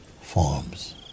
forms